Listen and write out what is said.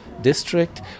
district